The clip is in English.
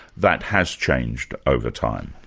that has changed over time.